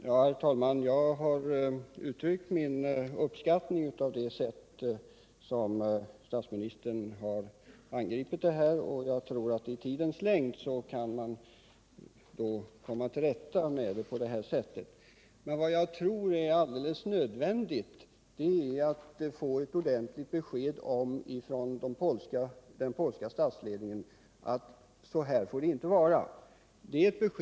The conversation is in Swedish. Herr talman! Jag har uttryckt min uppskattning av det sätt på vilket statsministern har angripit denna fråga, och jag tror att man så småningom skall kunna komma till rätta med den på det sätt som han redovisat. Men jag anser att det är alldeles nödvändigt att få ett ordentligt besked från den polska statsledningen om att det inte får fortsätta på samma sätt som hittills.